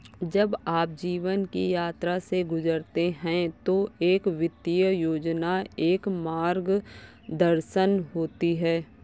जब आप जीवन की यात्रा से गुजरते हैं तो एक वित्तीय योजना एक मार्गदर्शन होती है